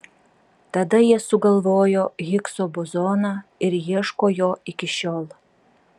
tada jie sugalvojo higso bozoną ir ieško jo iki šiol